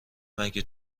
مگه